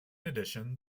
addition